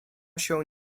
się